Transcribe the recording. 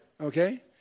Okay